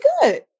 good